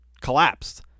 collapsed